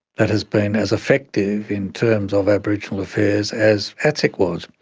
that has been as effective in terms of aboriginal affairs as atsic was.